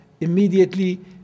immediately